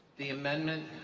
the amendment,